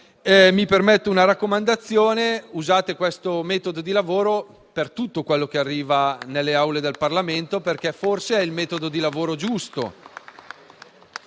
Mi permetto una raccomandazione: usate questo metodo di lavoro tutto quello che arriva nelle Aule del Parlamento, perché forse è il metodo di lavoro giusto.